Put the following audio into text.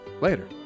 Later